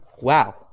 Wow